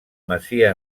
masia